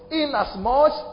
inasmuch